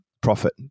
profit